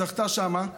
זכתה שם,